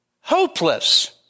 hopeless